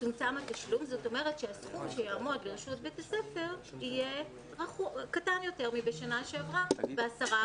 וזאת אומרת שהסכום שיעמוד לבית הספר יהיה קטן יותר מבשנה שעברה ב-10%.